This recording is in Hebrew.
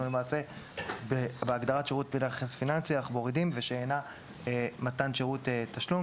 למעשה בהגדרת שירות בנכס פיננסי אנחנו מורידים ושאינה מתן שירות תשלום,